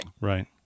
Right